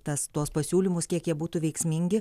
tas tuos pasiūlymus kiek jie būtų veiksmingi